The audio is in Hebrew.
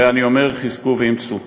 ואני אומר: חזקו ואמצו.